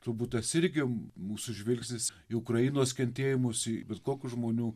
turbūt tas irgi mūsų žvilgsnis į ukrainos kentėjimus į bet kokius žmonių